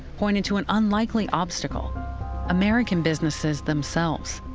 pointed to an unlikely obstacle american businesses themselves.